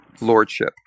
lordship